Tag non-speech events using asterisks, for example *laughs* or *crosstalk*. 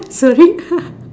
sorry *laughs*